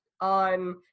on